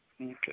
Okay